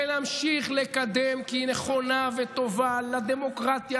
שנמשיך לקדם כי היא נכונה וטובה לדמוקרטיה,